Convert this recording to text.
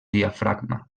diafragma